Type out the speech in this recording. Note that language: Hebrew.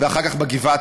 ואחר כך בגבעה-הצרפתית,